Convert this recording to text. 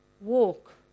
walk